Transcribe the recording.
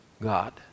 God